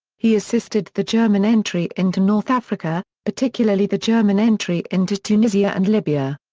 he assisted the german entry into north africa, particularly the german entry into tunisia and libya.